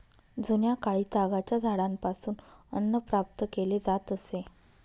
जुन्याकाळी तागाच्या झाडापासून अन्न प्राप्त केले जात असे